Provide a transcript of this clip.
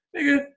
nigga